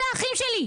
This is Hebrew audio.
כל האחים שלי,